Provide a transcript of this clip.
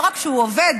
ולא רק שהוא עובד,